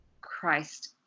Christ